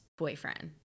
boyfriend